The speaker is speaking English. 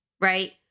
right